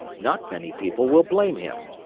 not many people will blame him.